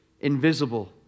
invisible